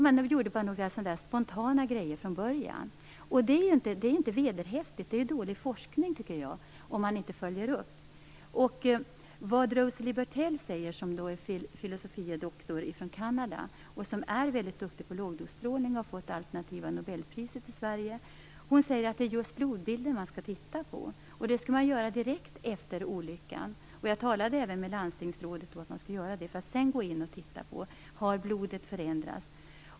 Man gjorda bara några spontana saker i början. Det är inte vederhäftigt. Jag tycker att det är dålig forskning om man inte följer upp detta. Rosalie Bertell är filosofie doktor i Kanada och mycket duktig på lågdosstrålning. Hon har fått det alternativa Nobelpriset i Sverige. Hon säger att det är just blodbilden man skall titta på. Det skall man göra direkt efter olyckan. Jag talade även med landstingsrådet om att man skulle göra det för att sedan gå in och titta på om blodet har förändrats.